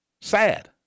sad